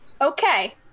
Okay